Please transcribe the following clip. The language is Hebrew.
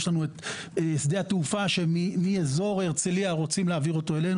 יש לנו את שדה התעופה שמאזור הרצליה רוצים להעביר אותו אלינו.